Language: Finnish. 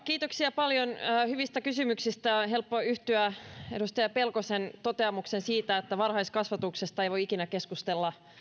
kiitoksia paljon hyvistä kysymyksistä on helppo yhtyä edustaja pelkosen toteamukseen että varhaiskasvatuksesta ei voi ikinä keskustella